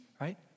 right